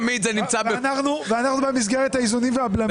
ואנחנו צריכים לאזן, במסגרת האיזונים והבלמים.